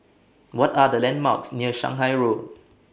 What Are The landmarks near Shanghai Road